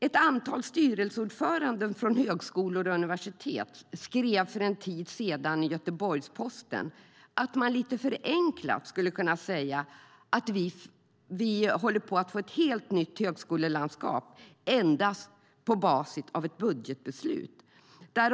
Ett antal styrelseordförande från högskolor och universitet skrev för en tid sedan i Göteborgs-Posten att man lite förenklat skulle kunna säga att vi håller på att få ett helt nytt högskolelandskap endast på basis av ett budgetbeslut.